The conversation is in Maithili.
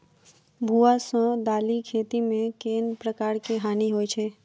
भुआ सँ दालि खेती मे केँ प्रकार केँ हानि होइ अछि?